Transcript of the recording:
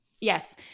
Yes